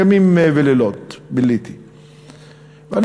ימים ולילות ביליתי שם.